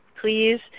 Please